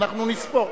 אנחנו נספור.